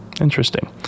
interesting